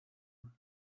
and